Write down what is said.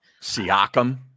Siakam